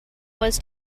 was